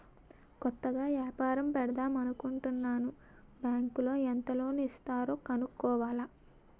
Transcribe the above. కొత్తగా ఏపారం పెడదామనుకుంటన్నాను బ్యాంకులో ఎంత లోను ఇస్తారో కనుక్కోవాల